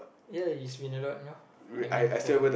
ya it's been a lot you know I mean from